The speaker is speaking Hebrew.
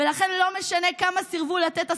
ולכן לא משנה כמה סירבו לתת הסכמה,